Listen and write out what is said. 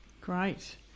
Great